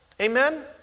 Amen